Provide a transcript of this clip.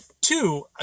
two